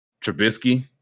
Trubisky